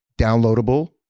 downloadable